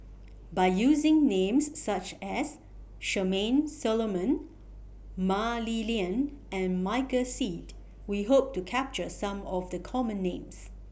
By using Names such as Charmaine Solomon Mah Li Lian and Michael Seet We Hope to capture Some of The Common Names